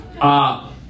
up